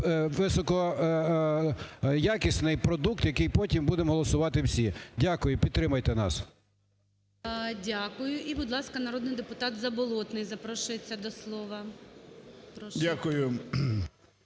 високоякісний продукт, який потім будемо голосувати всі. Дякую. Підтримайте нас. ГОЛОВУЮЧИЙ. Дякую. І, будь ласка, народний депутат Заболотний запрошується до слова. Прошу.